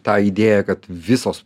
ta idėja kad visos